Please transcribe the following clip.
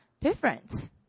different